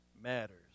Matters